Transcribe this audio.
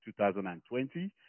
2020